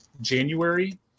January